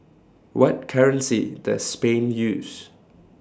What currency Does Spain use